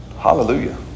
hallelujah